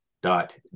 dot